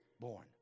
Born